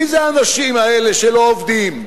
מי אלה האנשים האלה שלא עובדים?